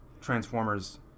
Transformers